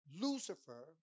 Lucifer